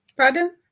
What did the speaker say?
Pardon